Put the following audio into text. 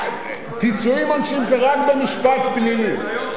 פיצויים עונשיים זה רק במשפט פלילי.